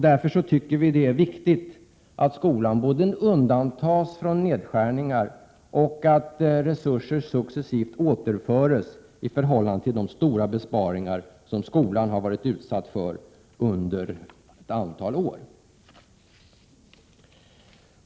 Därför tycker vi det är viktigt att skolan undantas från nedskärningar och att resurser successivt återföres i förhållande till de stora besparingar som skolan varit utsatt för under ett antal år.